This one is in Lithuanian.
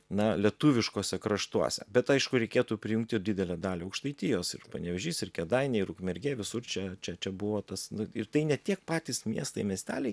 na lietuviškuose kraštuose bet aišku reikėtų prijungt ir didelę dalį aukštaitijos ir panevėžys ir kėdainiai ir ukmergė visur čia čia čia buvo tas ir tai ne tiek patys miestai miesteliai